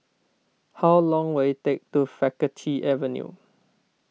how long will it take to Faculty Avenue